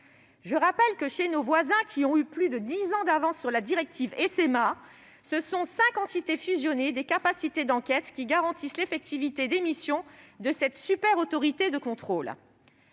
Je rappelle que, chez nos voisins, qui ont eu plus de dix ans d'avance sur la directive SMA, ce sont cinq entités fusionnées et des capacités d'enquête qui garantissent l'effectivité des missions de cette super-autorité de contrôle.